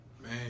Man